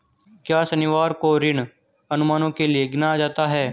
क्या शनिवार को ऋण अनुमानों के लिए गिना जाता है?